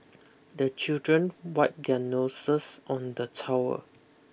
the children wipe their noses on the towel